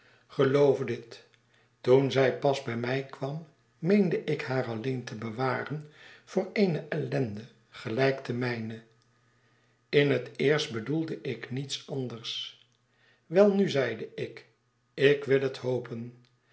geloof dit toen zij pas bij mij kwam meende ik haar alleen te bewa ren voor eene ellende gelijk de mijne in het eerst bedoelde ik niets anders welnu zeide ik ik wil het hopen